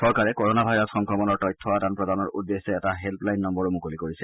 চৰকাৰে corona virus সংক্ৰমণৰ তথ্য আদান প্ৰদানৰ উদ্দেশ্যে এটা হেল্ললোইন নম্বৰো মুকলি কৰিছে